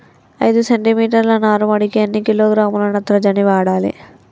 ఐదు సెంటి మీటర్ల నారుమడికి ఎన్ని కిలోగ్రాముల నత్రజని వాడాలి?